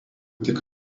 tik